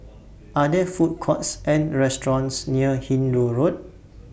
Are There Food Courts and restaurants near Hindoo Road